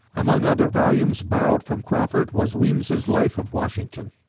among other volumes borrowed from crawford was weems's life of washington.